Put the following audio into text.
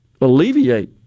alleviate